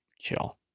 chill